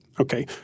okay